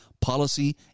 policy